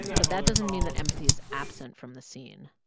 but that doesn't mean that empathy is absent from the scene.